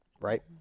right